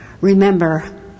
Remember